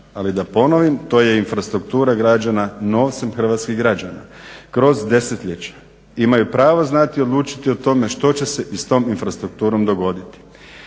Ali da ponovim, to je infrastruktura građana novcem hrvatskih građana. Kroz desetljeća imaju pravo znati odlučiti o tome što će se i s tom infrastrukturom dogoditi.